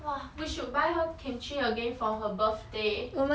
!wah! we should buy her kimchi again for her birthday